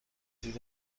دوستی